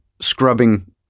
scrubbing